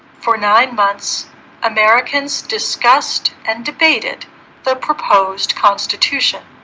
for nine months americans discussed and debated the proposed constitution